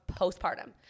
postpartum